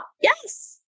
Yes